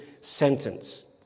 sentence